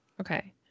Okay